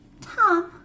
Tom